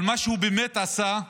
אבל על כל מה שהוא, באמת, עשה,